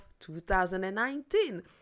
2019